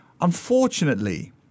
Unfortunately